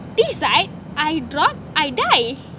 this is like I drop I die